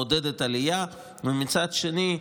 מעודדת עלייה, ומצד שני,